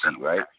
right